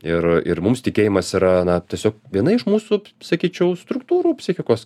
ir ir mums tikėjimas yra na tiesiog viena iš mūsų sakyčiau struktūrų psichikos